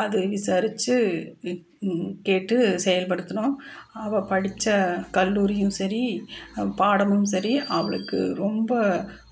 அது விசாரிச்சு கேட்டு செயல்படுத்தினோம் அவள் படித்த கல்லூரியும் சரி பாடமும் சரி அவளுக்கு ரொம்ப